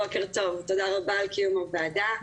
בוקר טוב, תודה רבה על קיום הוועדה.